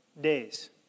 days